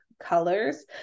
colors